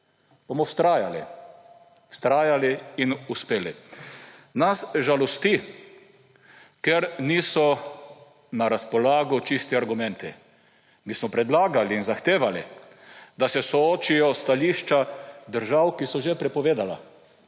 bomo vztrajali – vztrajali in uspeli. Nas žalosti, ker niso na razpolago čisti argumenti. Mi smo predlagali in zahtevali, da se soočijo stališča držav, ki so že prepovedala,